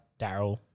Daryl